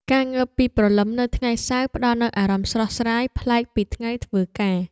ការងើបពីព្រលឹមនៅថ្ងៃសៅរ៍ផ្ដល់នូវអារម្មណ៍ស្រស់ស្រាយប្លែកពីថ្ងៃធ្វើការ។